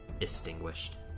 extinguished